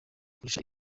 kurusha